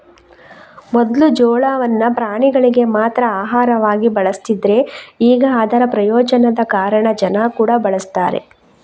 ಮೊದ್ಲು ಜೋಳವನ್ನ ಪ್ರಾಣಿಗಳಿಗೆ ಮಾತ್ರ ಆಹಾರವಾಗಿ ಬಳಸ್ತಿದ್ರೆ ಈಗ ಅದರ ಪ್ರಯೋಜನದ ಕಾರಣ ಜನ ಕೂಡಾ ಬಳಸ್ತಾರೆ